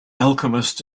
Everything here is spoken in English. alchemist